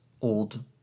old